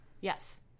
Yes